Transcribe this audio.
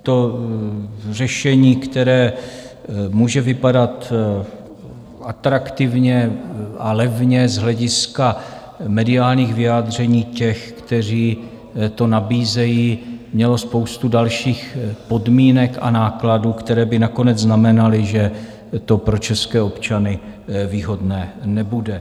To řešení, které může vypadat atraktivně a levně z hlediska mediálních vyjádření těch, kteří to nabízejí, mělo spoustu dalších podmínek a nákladů, které by nakonec znamenaly, že to pro české občany výhodné nebude.